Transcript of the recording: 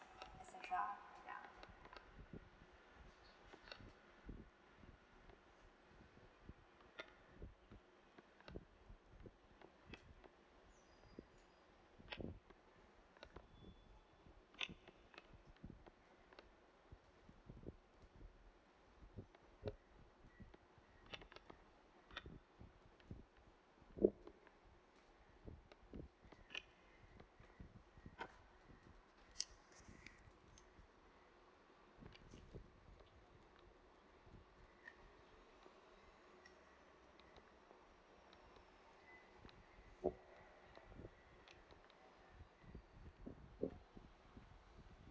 ya ya